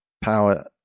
power